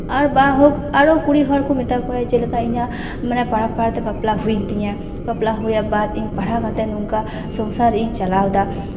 ᱟᱨ ᱵᱟ ᱦᱳᱠ ᱟᱨᱚ ᱠᱩᱲᱤ ᱦᱚᱲ ᱠᱚ ᱢᱮᱛᱟ ᱠᱚᱣᱟᱭ ᱡᱮᱞᱮᱠᱟ ᱤᱧᱟᱜ ᱢᱟᱱᱮ ᱯᱟᱲᱦᱟᱜ ᱯᱟᱲᱦᱟᱜ ᱛᱮ ᱵᱟᱯᱞᱟ ᱦᱩᱭᱮᱱ ᱛᱤᱧᱟ ᱵᱟᱯᱞᱟ ᱦᱩᱭᱩᱜ ᱵᱟᱫ ᱤᱧ ᱯᱟᱲᱦᱟᱣ ᱠᱟᱛᱮᱜ ᱱᱚᱝᱠᱟ ᱥᱚᱝᱥᱟᱨ ᱤᱧ ᱪᱟᱞᱟᱣᱫᱟ